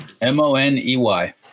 M-O-N-E-Y